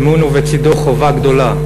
אמון ובצדו חובה גדולה,